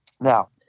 Now